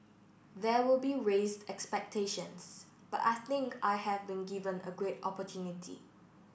there will be raised expectations but I think I have been given a great opportunity